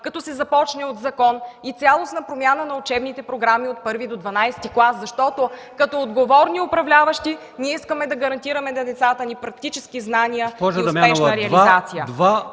като се започне от закон, и цялостна промяна на учебните програми от І до ХІІ клас. (Шум и реплики от КБ.) Защото като отговорни управляващи ние искаме да гарантираме на децата ни практически знания и успешна реализация.